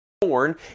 born